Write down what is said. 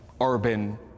urban